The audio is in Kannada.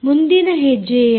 ಮುಂದಿನ ಹೆಜ್ಜೆಯೇನು